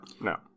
No